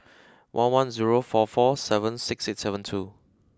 one one zero four four seven six eight seven two